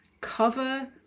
cover